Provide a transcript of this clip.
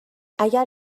اگر